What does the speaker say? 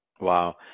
Wow